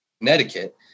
Connecticut